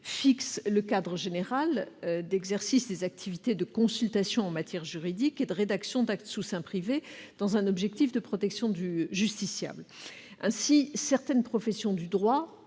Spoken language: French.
fixe le cadre général d'exercice des activités de consultation en matière juridique et de rédaction d'actes sous seing privé, dans un objectif de protection du justiciable. Ainsi, certaines professions du droit